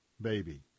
baby